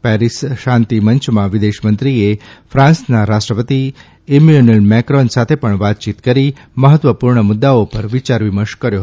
Paris શાંતી મંચમાં વિદેશ મંત્રીએ ફાન્સના રાષ્ટ્રપતિ ઇમેન્યુઅલ મેકોન સાથે પણ વાતચીત કરી મહત્વપુર્ણ મુદ્દાઓ પર વિચાર વિમર્શ કર્યો